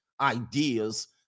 ideas